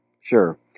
sure